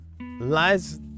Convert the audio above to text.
Lies